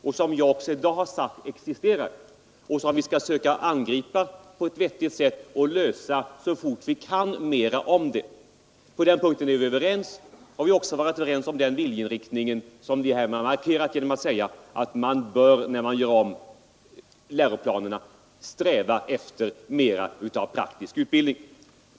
Jag har också tidigare i dag sagt att de problemen existerar och att vi skall försöka angripa dem på ett vettigt sätt och försöka lösa dem när vi vet mera om dem. På den punkten är vi alltså överens. Vi har också varit överens om den viljeinriktning vi markerat genom att säga, att när läroplanerna görs om bör vi sträva efter mera praktisk utbildning.